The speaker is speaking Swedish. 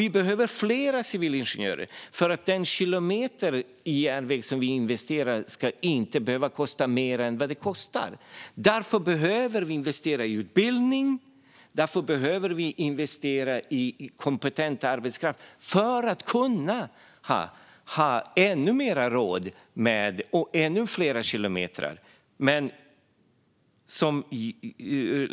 Vi behöver fler civilingenjörer för att den kilometer järnväg som vi investerar i inte ska behöva kosta mer än den kostar. Vi behöver investera i utbildning och kompetent arbetskraft för att ha råd med ännu fler kilometrar.